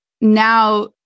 now